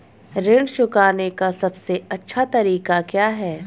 ऋण चुकाने का सबसे अच्छा तरीका क्या है?